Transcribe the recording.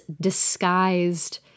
disguised